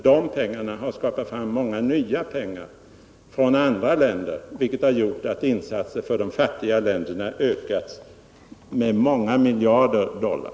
De pengarna har hjälpt till att mobilisera mycket av nya pengar från andra länder, vilket gjort att IDA:s insatser för fattiga länder kunnat ökas med flera miljarder dollar.